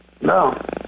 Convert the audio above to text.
No